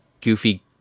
goofy